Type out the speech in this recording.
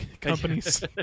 Companies